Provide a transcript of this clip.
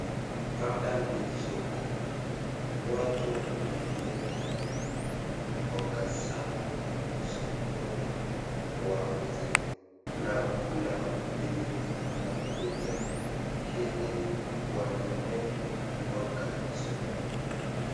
Hapa ni soko, watu wameleta mboga zao sokoni wauze, na kuna wenye wanakuja ili wanunue mboga sokoni.